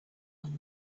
one